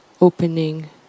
opening